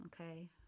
okay